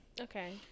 Okay